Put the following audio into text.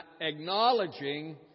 acknowledging